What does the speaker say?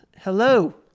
hello